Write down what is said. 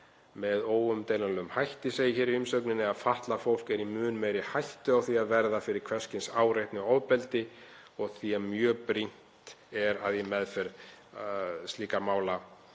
með óumdeilanlegum hætti, segir í umsögninni, að fatlað fólk er í mun meiri hættu á því að verða fyrir hvers kyns áreitni og ofbeldi og því er mjög brýnt að í meðferð slíkra mála,